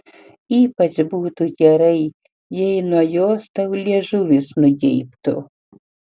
ypač būtų gerai jei nuo jos tau liežuvis nugeibtų